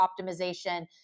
optimization